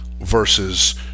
versus